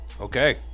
Okay